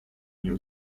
new